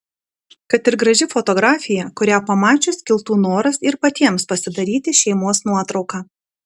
kad ir graži fotografija kurią pamačius kiltų noras ir patiems pasidaryti šeimos nuotrauką